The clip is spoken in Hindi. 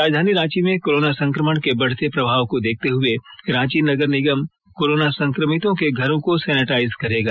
राजधानी रांची में कोरोना संक्रमण के बढ़ते प्रभाव को देखते हुए रांची नगर निगम कोरोना संक्रमितो के घरो को सेनेटाइज करेगा